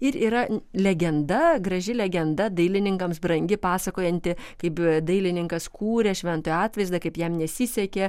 ir yra legenda graži legenda dailininkams brangi pasakojanti kaip dailininkas kūrė šventojo atvaizdą kaip jam nesisekė